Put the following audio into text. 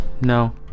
No